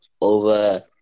over